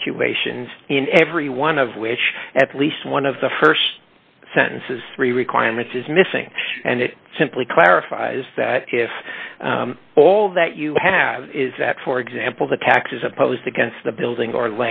situations in every one of which at least one of the st sentences three requirements is missing and it simply clarifies that if all that you have is that for example the tax is opposed against the building or